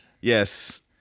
yes